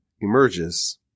emerges